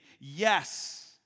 yes